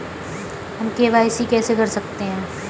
हम के.वाई.सी कैसे कर सकते हैं?